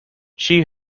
she